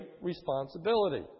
responsibility